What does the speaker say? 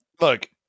look